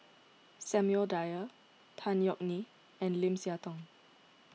Samuel Dyer Tan Yeok Nee and Lim Siah Tong